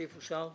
הצבעה